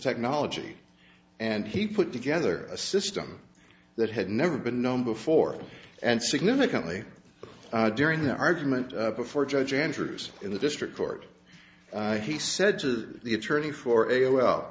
technology and he put together a system that had never been known before and significantly during the argument before judge andrews in the district court i he said to the attorney for a